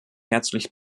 herzlich